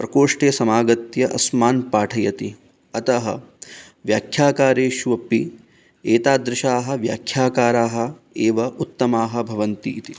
प्रकोष्ठे समागत्य अस्मान् पाठयति अतः व्याख्याकारेषु अपि एतादृशाः व्याख्याकाराः एव उत्तमाः भवन्ति इति